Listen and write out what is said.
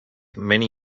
many